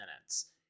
minutes